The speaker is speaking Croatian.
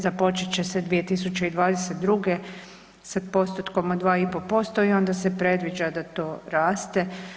Započet će se 2022. sa postotkom od 2,5% i onda se predviđa da to raste.